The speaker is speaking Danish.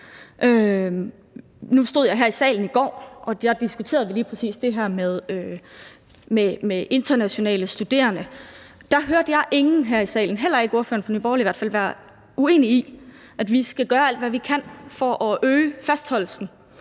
Nu stod jeg her i salen i går, og der diskuterede vi lige præcis det her med internationale studerende, og der hørte jeg ingen her i salen, i hvert fald ikke ordføreren for Nye Borgerlige, være uenige i, at vi skal gøre alt, hvad vi kan, for at øge fastholdelsen,